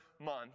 month